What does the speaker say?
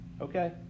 Okay